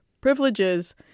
privileges